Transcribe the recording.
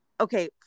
okay